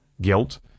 guilt